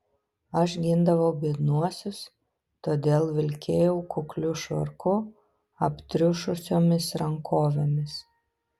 aš gindavau biednuosius todėl vilkėjau kukliu švarku aptriušusiomis rankovėmis